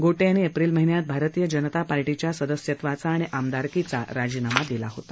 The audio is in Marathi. गोटे यांनी एप्रिल महिन्यात भारतीय जनता पक्षाच्या सदस्यत्वाचा आणि आमदारकीचा राजीनामा दिला होता